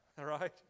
right